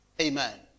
Amen